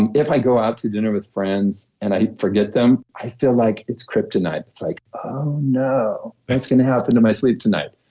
and if i go out to dinner with friends and i forget them, i feel like it's kryptonite. it's like, oh no, what's going to happen to my sleep tonight?